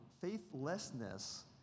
faithlessness